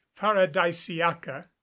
paradisiaca